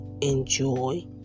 Enjoy